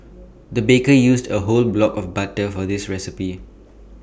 the baker used A whole block of butter for this recipe